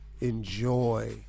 enjoy –